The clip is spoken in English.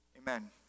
Amen